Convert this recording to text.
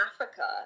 Africa